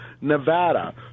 Nevada